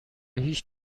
هیچ